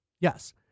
Yes